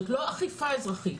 זו לא אכיפה אזרחית.